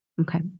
Okay